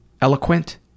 eloquent